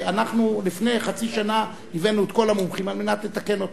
ולפני חצי שנה הבאנו את כל המומחים כדי לתקן אותה.